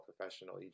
professional